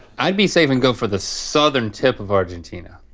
i'd be safe and go for the southern tip of argentina.